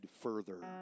further